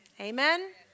Amen